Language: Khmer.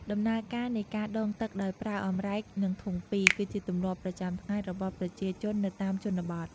ដំណើរការនៃការដងទឹកដោយប្រើអម្រែក និងធុងពីរ គឺជាទម្លាប់ប្រចាំថ្ងៃរបស់ប្រជាជននៅតាមជនបទ។